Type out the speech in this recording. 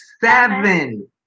seven